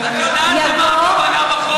את יודעת למה הכוונה בחוק.